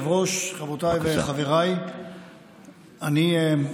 תודה רבה לחבר הכנסת איימן עודה.